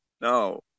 no